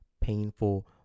painful